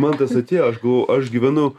man tas atėjo aš galvojau aš gyvenu